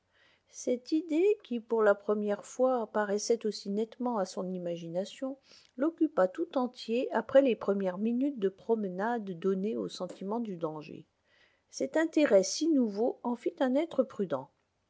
cette idée qui pour la première fois paraissait aussi nettement à son imagination l'occupa tout entier après les premières minutes de promenade données au sentiment du danger cet intérêt si nouveau en fit un être prudent